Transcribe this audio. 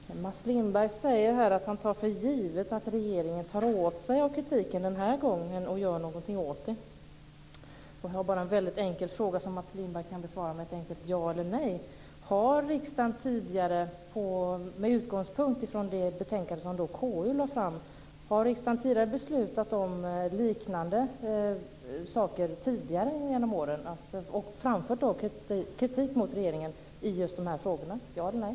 Fru talman! Mats Lindberg säger att han tar för givet att regeringen tar åt sig av kritiken och gör någonting. Jag har en enkel fråga som Mats Lindberg kan besvara med ett ja eller nej. Har riksdagen tidigare, med utgångspunkt i det betänkande som KU lade fram, beslutat om liknande saker och framfört kritik i de frågorna? Ja eller nej?